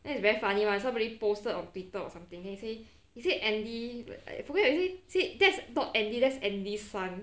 then it's very funny [one] somebody posted on twitter or something then he say he say andy I forget already he say that's not andy that's andy son